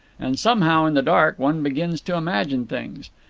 and somehow, in the dark, one begins to imagine things.